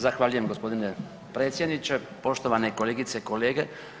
Zahvaljujem g. predsjedniče, poštovane kolegice i kolege.